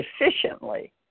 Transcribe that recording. efficiently